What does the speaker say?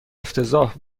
افتضاح